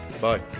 Bye